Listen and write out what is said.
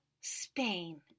Spain